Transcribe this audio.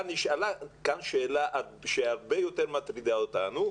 אבל נשאלה כאן שאלה שהרבה יותר מטרידה אותנו,